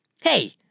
Hey